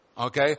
Okay